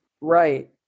Right